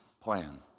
plan